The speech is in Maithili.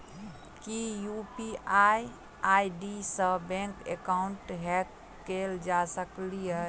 की यु.पी.आई आई.डी सऽ बैंक एकाउंट हैक कैल जा सकलिये?